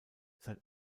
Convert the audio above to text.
seit